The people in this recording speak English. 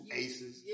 aces